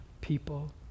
people